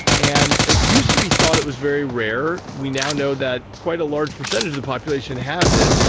and it used to be thought it was very rare. we now know that quite a large percentage of the population has it, yeah